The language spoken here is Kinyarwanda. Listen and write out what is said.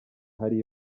hari